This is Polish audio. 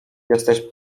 jesteś